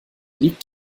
liegt